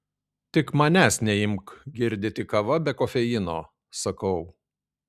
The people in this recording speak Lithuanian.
tik manęs neimk girdyti kava be kofeino sakau